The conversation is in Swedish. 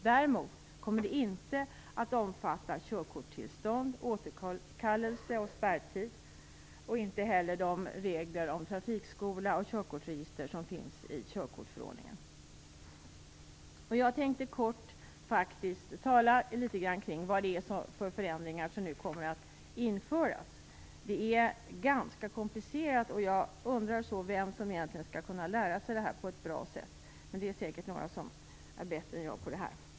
Däremot kommer det inte att omfatta körkortstillstånd, återkallelse och spärrtid och inte heller de regler om trafikskola och körkortsregister som finns i körkortsförordningen. Jag tänkte kortfattat ta upp de förändringar som nu kommer att införas. Det är ganska komplicerat, och jag undrar vem som egentligen skall kunna lära sig detta på ett bra sätt. Men det är säkert några som är bättre än jag på detta.